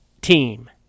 team